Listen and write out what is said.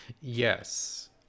Yes